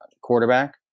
quarterback